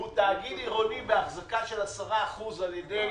שהוא תאגיד עירוני באחזקה של 10% על ידי